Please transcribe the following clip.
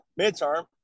midterm